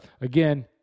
again